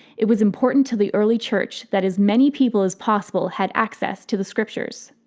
it was important to the early church that as many people as possible had access to the scriptures.